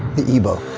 the ebow.